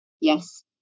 Yes